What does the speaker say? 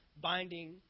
binding